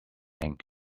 ink